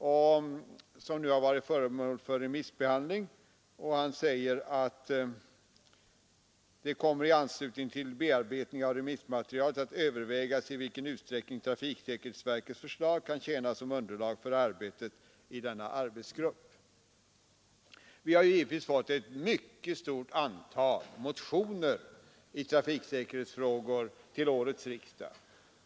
Denna promemoria har nu varit föremål för remissbehandling, och departementschefen säger att det i anslutning till bearbetningen av remissmaterialet kommer att övervägas i vilken utsträckning trafiksäkerhetsverkets förslag kan tjäna som underlag för arbetet i denna arbetsgrupp. Vi har givetvis till årets riksdag fått ett mycket stort antal motioner i trafiksäkerhetsfrågor.